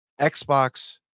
xbox